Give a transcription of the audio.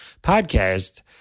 podcast